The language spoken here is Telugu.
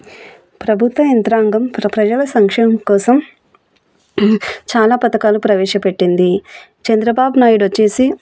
ప్రభుత్వ యంత్రాంగం ప్ర ప్రజల సంక్ష్యం కోసం చాలా పథకాలు ప్రవేశపెట్టింది చంద్రబాబు నాయుడు వచ్చేసి